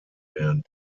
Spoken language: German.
werden